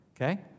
okay